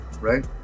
right